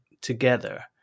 together